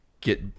get